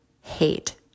hate